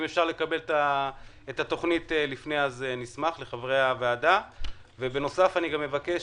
אם אפשר לקבל את התכנית לחברי הוועדה לפני